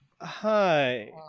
Hi